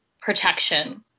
protection